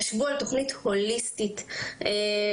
ישבו על תוכנית הוליסטית טובה.